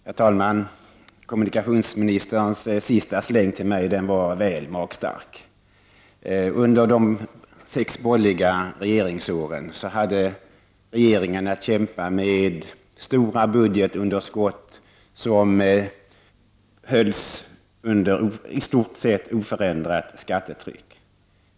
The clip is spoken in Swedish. Herr talman! Kommunikationsministerns sista släng till mig var väl magstark. Under de sex borgerliga regeringsåren hade regeringarna att kämpa med stora budgetunderskott. Detta skedde med i stort sett oförändrat skattetryck.